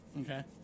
Okay